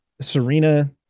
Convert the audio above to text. Serena